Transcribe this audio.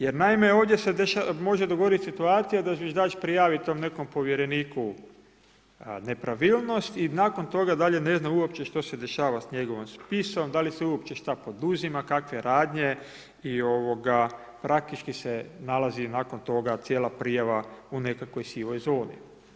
Jer naime ovdje se može dogodit situacija da zviždač prijavi tom nekom povjereniku nepravilnost i nakon toga dalje ne zna uopće što se dešava s njegovim spisom, da li se uopće šta poduzima, kakve radnje i praktički se nalazi nakon toga cijela prijava u nekakvoj sivoj zoni.